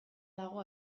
dago